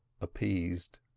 appeased